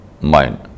mind